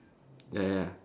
ya ya